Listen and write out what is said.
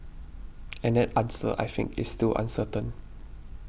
and that answer I think is still uncertain